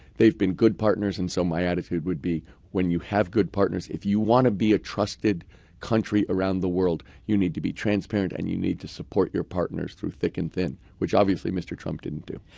they've been good partners and so my attitude would be when you have good partners, if you want to be a trusted country around the world, you need to be transparent and you need to support your partners through thick and thin. which obviously mr. trump didn't do.